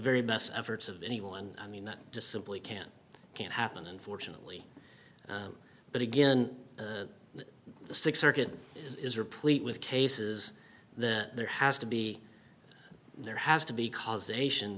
very best efforts of anyone i mean that just simply can't can't happen unfortunately but again the six circuit is replete with cases that there has to be there has to be causation